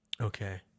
Okay